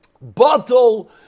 bottle